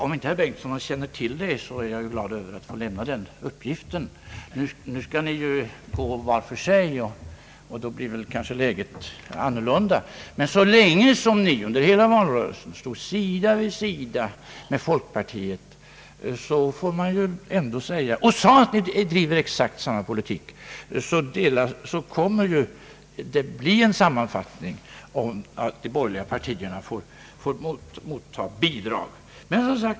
Om herr Bengtson inte känner till det, är jag glad att kunna lämna honom den uppgiften. Nu skall ni ju gå var för sig, och då kanske läget blir annorlunda. Men så länge som ni under hela valrörelsen stod sida vid sida med folkpartiet och sade att ni driver exakt samma politik sammankopplas detta med att de borgerliga partierna får motta bidrag.